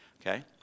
Okay